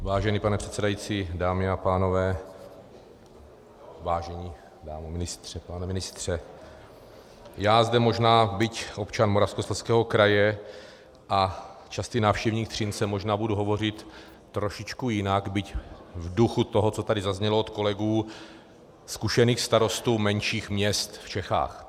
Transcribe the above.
Vážený pane předsedající, dámy a pánové, vážený pane ministře, já zde možná, byť občan Moravskoslezského kraje a častý návštěvník Třince, možná budu hovořit trošičku jinak, byť v duchu toho, co tady zaznělo od kolegů, zkušených starostů menších měst v Čechách.